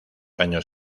años